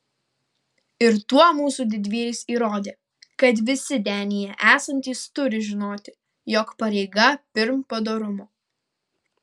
ir tuo mūsų didvyris įrodė kad visi denyje esantys turi žinoti jog pareiga pirm padorumo